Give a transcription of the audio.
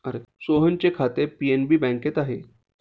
सोहनचे खाते पी.एन.बी बँकेत आहे